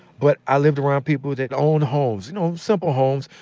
but i lived around people that owned homes, you know, simple homes,